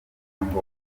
ngoma